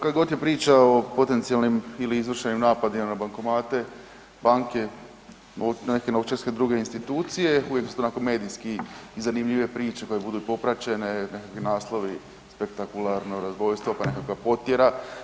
Kad god je priča o potencijalnim ili izvršenim napadima na bankomate banke i neke druge novčarske druge institucije uvijek su tu medijski i zanimljive priče koje budu popraćene neki naslovi spektakularno razbojstvo, pa nekakva potjera.